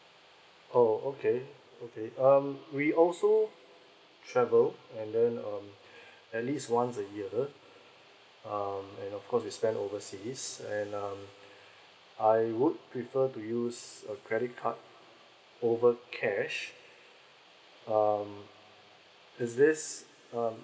oh okay okay um we all so travel and then um at least once a year um and of course we spend overseas and um I would prefer to use a credit card over cash um is this um